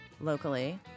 locally